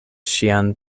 ŝian